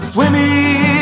Swimming